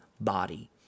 body